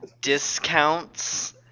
discounts